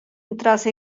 entras